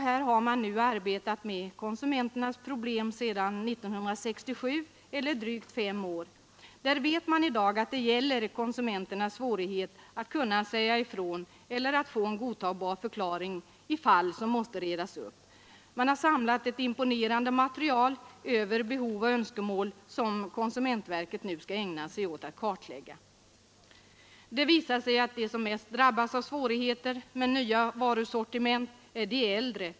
Här har man nu arbetat med konsumenternas problem sedan 1967, i drygt fem år. Där vet man i dag att det gäller konsumenternas svårigheter att säga ifrån eller att få en godtagbar förklaring i fall som måste redas upp. Man har samlat ett imponerande material över behov och önskemål, som konsumentverket nu skall ägna sig åt att kartlägga. Det visar sig att de som mest drabbas av svårigheter med nya varusortiment är de äldre.